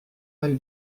mal